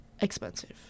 expensive